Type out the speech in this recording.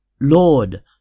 Lord